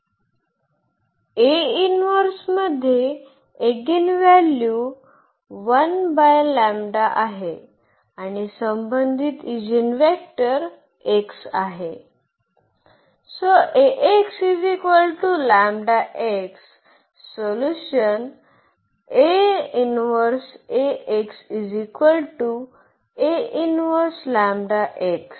ते अस्तित्त्वात असल्यास मध्ये एगिनव्हॅल्यू आहे आणि संबंधित ईजीनवेक्टर x आहे तर A आणि चे समान एगिनव्हॅल्यू आहेत आणि जे आपण पुन्हा सहजपणे पाहू शकतो कारण चा निर्धारक हे वैशिष्ट्यपूर्ण समीकरण आहे जे प्रत्यक्षात एगिनव्हॅल्यू देते